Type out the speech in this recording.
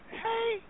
hey